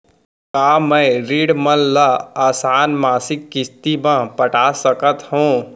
का मैं ऋण मन ल आसान मासिक किस्ती म पटा सकत हो?